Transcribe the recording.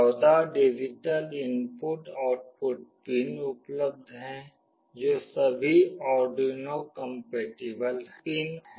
14 digital input output pin उपलब्ध हैं जो सभी आर्डुइनो कम्पेटिबल पिन हैं